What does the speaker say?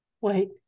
Wait